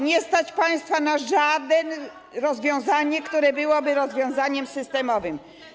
Nie stać państwa na rozwiązanie, które byłoby rozwiązaniem systemowym.